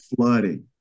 flooding